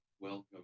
welcome